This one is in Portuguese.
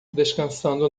descansando